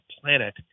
planet